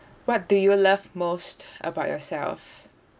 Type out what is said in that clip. what do you love most about yourself